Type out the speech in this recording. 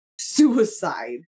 suicide